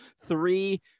three